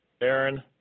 Aaron